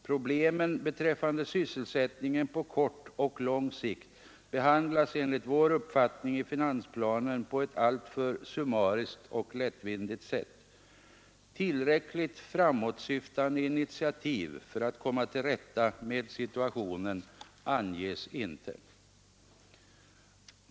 Problemen beträffande sysselsättningen på kort och lång sikt behandlas enligt vår uppfattning i finansplanen på ett alltför summariskt och lättvindigt sätt. Tillräckligt framåtsyftande initiativ för att komma till rätta med situationen anges inte.